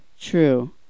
true